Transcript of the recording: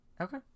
Okay